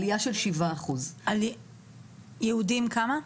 עלייה של 7%. יהודים כמה?